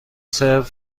سرو